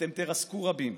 אתם תרסקו רבים,